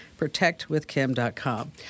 protectwithkim.com